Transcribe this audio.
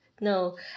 no